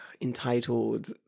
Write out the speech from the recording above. entitled